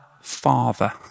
Father